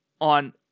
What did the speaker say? on